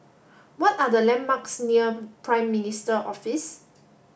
what are the landmarks near Prime Minister Office